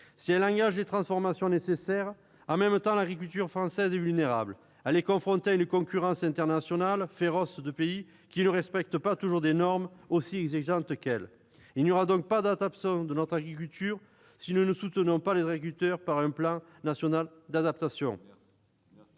si elle engage les transformations nécessaires. En même temps, l'agriculture française est vulnérable ; elle est confrontée à une concurrence internationale féroce de pays qui ne respectent pas toujours des normes aussi exigeantes que celles qui lui sont imposées. Il n'y aura donc pas d'adaptation de notre agriculture, si nous ne soutenons pas les agriculteurs par un plan national d'adaptation.